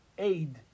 aid